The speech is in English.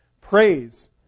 Praise